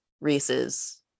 reese's